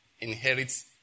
inherit